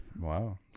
Wow